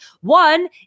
One